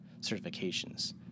certifications